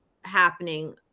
happening